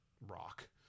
rock